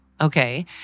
okay